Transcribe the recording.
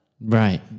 Right